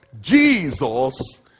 jesus